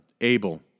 Abel